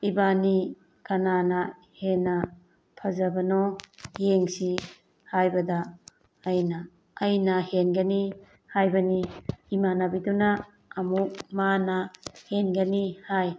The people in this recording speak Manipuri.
ꯏꯕꯥꯅꯤ ꯀꯅꯥꯅ ꯍꯦꯟꯅ ꯐꯖꯕꯅꯣ ꯌꯦꯡꯁꯤ ꯍꯥꯏꯕꯗ ꯑꯩꯅ ꯑꯩꯅ ꯍꯦꯟꯒꯅꯤ ꯍꯥꯏꯕꯅꯤ ꯏꯃꯥꯟꯅꯕꯤꯗꯨꯅ ꯑꯃꯨꯛ ꯃꯥꯅ ꯍꯦꯟꯒꯅꯤ ꯍꯥꯏ